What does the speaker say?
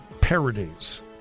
parodies